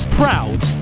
proud